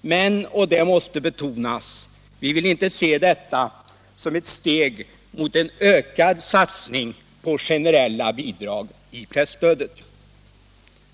Men — och det måste betonas — vi vill inte se detta som ett steg mot ökad satsning på generella bidrag i presstödet.